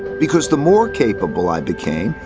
because the more capable i became,